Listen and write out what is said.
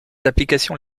applications